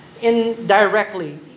Indirectly